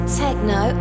techno